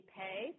pay